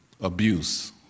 abuse